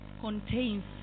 contains